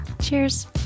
cheers